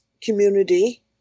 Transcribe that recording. community